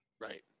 Right